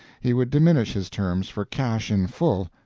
he would diminish his terms for cash in full,